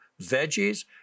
veggies